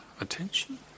attention